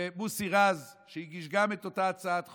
ומוסי רז, שגם הגיש את אותה הצעת חוק,